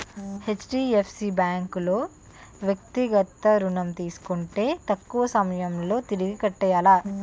HDFC bank లో వ్యక్తిగత ఋణం తీసుకుంటే తక్కువ సమయంలో తిరిగి కట్టియ్యాల